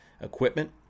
equipment